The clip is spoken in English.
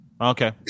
Okay